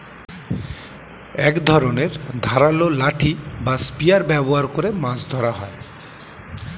এক ধরনের ধারালো লাঠি বা স্পিয়ার ব্যবহার করে মাছ ধরা হয়